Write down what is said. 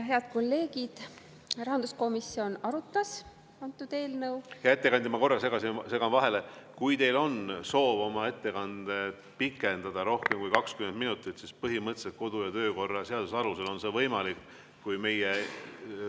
Head kolleegid! Rahanduskomisjon arutas eelnõu … Hea ettekandja, ma korraks segan vahele. Kui teil on soov oma ettekannet pikendada rohkem kui 20 minutit, siis põhimõtteliselt kodu- ja töökorra seaduse alusel on see võimalik, kui meie